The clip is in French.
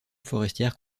forestière